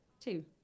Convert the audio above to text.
two